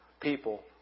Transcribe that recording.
people